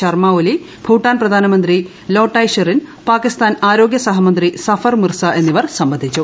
ശർമ്മ ഒലി ഭൂട്ടാൻ പ്രധാനമന്ത്രി ലോട്ടായ് ഷെറിൻ പാക്കിസ്ഥാൻ ആരോഗ്യ സഹമന്ത്രി സഫർ മിർസാ എന്നിവർ സംബന്ധിച്ചു